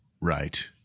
Right